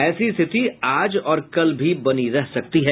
ऐसी ही स्थिति आज और कल भी बनी रह सकती है